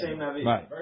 Right